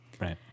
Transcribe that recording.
Right